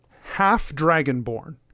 half-dragonborn